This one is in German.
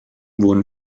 wohnen